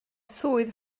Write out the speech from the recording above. swydd